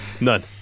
None